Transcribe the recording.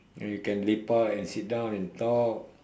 and you can lepak and sit down and talk